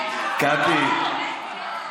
זה נורא מתון.